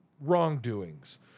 wrongdoings